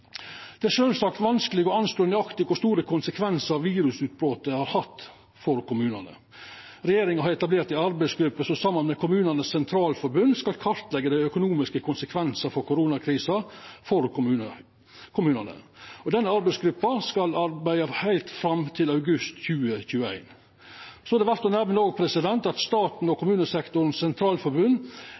Det er sjølvsagt vanskeleg å anslå nøyaktig kor store konsekvensar virusutbrotet har hatt for kommunane. Regjeringa har etablert ei arbeidsgruppe som saman med KS skal kartleggja dei økonomiske konsekvensane av koronakrisa for kommunane. Denne arbeidsgruppa skal arbeida heilt fram til august 2021. Så er det òg verdt å nemna at staten og KS er einige om at kompensasjonen frå staten for 2020 er godt i samsvar med kommunesektorens